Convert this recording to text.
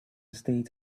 state